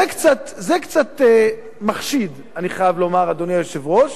זה קצת מחשיד, אני חייב לומר, אדוני היושב-ראש,